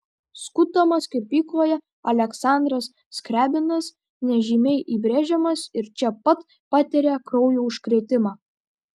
skutamas kirpykloje aleksandras skriabinas nežymiai įbrėžiamas ir čia pat patiria kraujo užkrėtimą